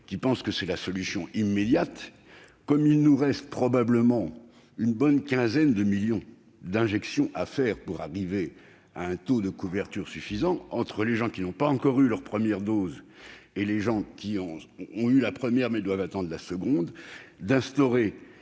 qui en font une solution immédiate, il nous reste probablement une bonne quinzaine de millions d'injections à réaliser pour arriver à un taux de couverture suffisant, en tenant compte des personnes qui n'ont pas encore reçu leur première dose et de celles qui ont reçu la première, mais doivent attendre la seconde. Instaurer